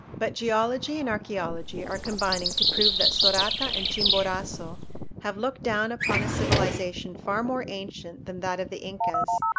but geology and archaeology are combining to prove that sorata and chimborazo have looked down upon a civilization far more ancient than that of the incas,